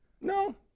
No